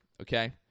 Okay